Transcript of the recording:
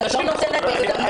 זה לא יכול להיות מעורב.